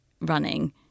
running